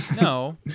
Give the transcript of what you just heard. No